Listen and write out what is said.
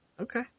Okay